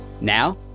Now